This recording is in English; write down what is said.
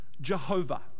Jehovah